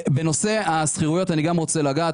בנושא השכירויות אני גם רוצה לגעת,